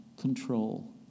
control